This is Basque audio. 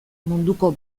munduko